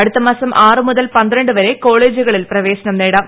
അടുത്ത മാസം ആറ് മുതൽ പന്ത്രണ്ട് വരെ കോളേജുകളിൽ പ്രവേശനം നേടാം